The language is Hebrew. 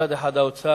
מצד אחד האוצר